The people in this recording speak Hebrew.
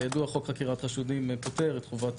כידוע חוק חקירת חשודים פוטר את חובת